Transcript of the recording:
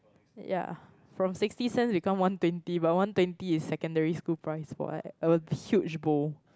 ya from sixty cents become one twenty but one twenty is secondary school price what a huge bowl